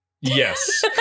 yes